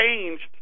changed